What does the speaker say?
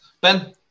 Ben